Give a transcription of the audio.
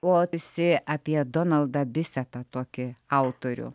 o esi apie donaldą bisetą tokį autorių